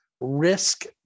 risk